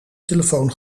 telefoon